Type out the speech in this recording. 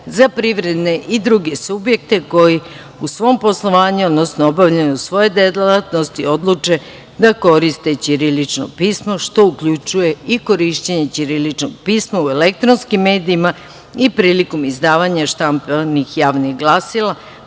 za privredne i druge subjekte koji u svom poslovanju, odnosno obavljanju svoje delatnosti odluče da koriste ćirilično pismo, što uključuje i korišćenje ćiriličnog pisma u elektronskim medijima i prilikom izdavanja štampanih javnih glasila.